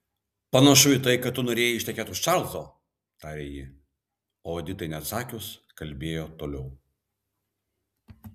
panašu į tai kaip tu norėjai ištekėti už čarlzo tarė ji o editai neatsakius kalbėjo toliau